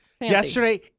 Yesterday